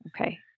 Okay